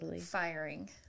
firing